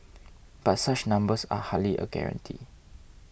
but such numbers are hardly a guarantee